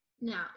Now